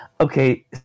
Okay